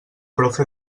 profe